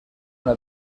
una